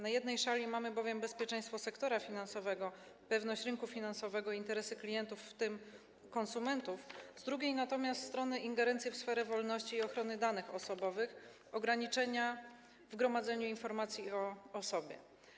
Na jednej szali mamy bowiem bezpieczeństwo sektora finansowego, pewność rynku finansowego, interesy klientów, w tym konsumentów, z drugiej natomiast strony mamy ingerencję w sferę wolności, ochronę danych osobowych i ograniczenia w gromadzeniu informacji o osobie.